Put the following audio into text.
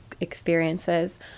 experiences